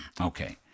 Okay